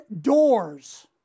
doors